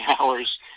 hours